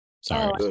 Sorry